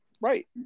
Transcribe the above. Right